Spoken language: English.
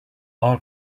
all